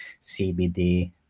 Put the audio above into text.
CBD